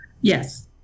Yes